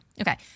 Okay